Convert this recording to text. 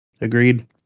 Agreed